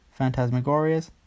Phantasmagorias